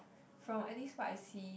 from at least what I see